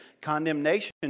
Condemnation